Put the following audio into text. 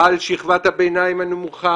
על שכבת הביניים הנמוכה,